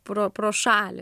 pro pro šalį